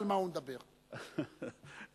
הבעיה